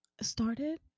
started